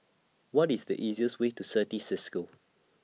What IS The easiest Way to Certis CISCO